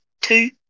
two